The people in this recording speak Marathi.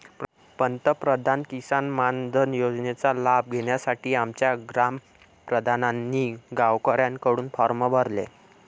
पंतप्रधान किसान मानधन योजनेचा लाभ घेण्यासाठी आमच्या ग्राम प्रधानांनी गावकऱ्यांकडून फॉर्म भरले